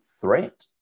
threat